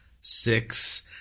six